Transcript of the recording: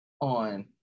on